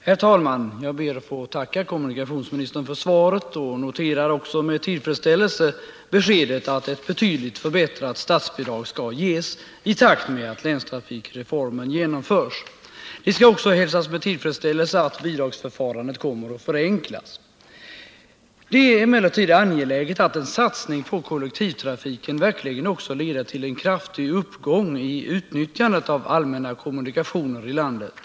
Herr talman! Jag ber att få tacka kommunikationsministern för svaret, och jag noterar också med tillfredsställelse beskedet att ett betydligt förbättrat statsbidrag skall ges i takt med att länstrafikreformen genomförs. Det skall också hälsas med tillfredsställelse att bidragsförfarandet kommer att förenklas. Det är emellertid angeläget att en satsning på kollektivtrafiken verkligen också leder till en kraftig uppgång i utnyttjandet av allmänna kommunikationer i landet.